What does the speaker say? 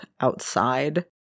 outside